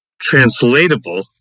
translatable